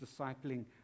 discipling